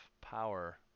power